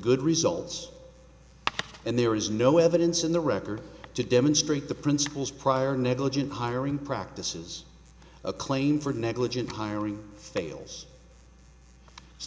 good results and there is no evidence in the record to demonstrate the principals prior negligent hiring practices a claim for negligent hiring fails